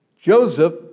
Joseph